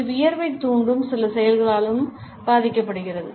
இது வியர்வையைத் தூண்டும் சில செயல்களாலும் பாதிக்கப்படுகிறது